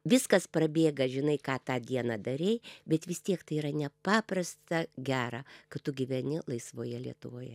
viskas prabėga žinai ką tą dieną darei bet vis tiek tai yra nepaprasta gera kad tu gyveni laisvoje lietuvoje